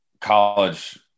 college